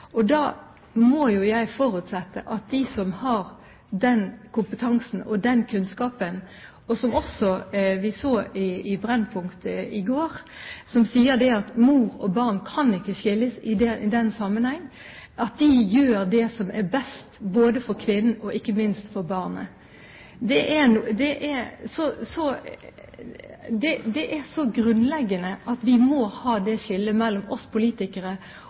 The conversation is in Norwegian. Og da må jo jeg forutsette at de som har den kompetansen og den kunnskapen – og som vi også så i Brennpunkt i går – som sier at mor og barn i den sammenheng ikke kan skilles, gjør det som er best for kvinnen og ikke minst for barnet. Det er grunnleggende at vi må ha det skillet mellom oss politikere og fagfolk. De sier også at det er